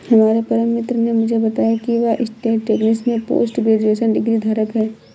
हमारे परम मित्र ने मुझे बताया की वह स्टेटिस्टिक्स में पोस्ट ग्रेजुएशन डिग्री धारक है